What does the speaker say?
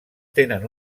tenen